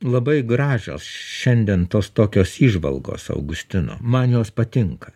labai gražios šiandien tos tokios įžvalgos augustino man jos patinka